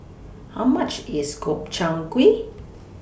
How much IS Gobchang Gui